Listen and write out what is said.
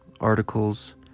articles